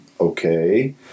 Okay